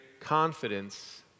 confidence